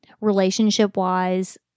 relationship-wise